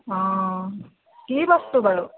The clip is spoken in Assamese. অঁ কি বস্তু বাৰু